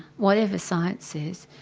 whatever science says.